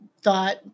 thought